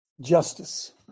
justice